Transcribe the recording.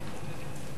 טוב.